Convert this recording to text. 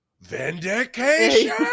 vindication